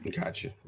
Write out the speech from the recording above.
Gotcha